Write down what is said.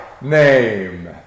name